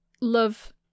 love